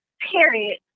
period